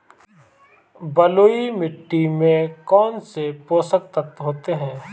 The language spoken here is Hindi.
बलुई मिट्टी में कौनसे पोषक तत्व होते हैं?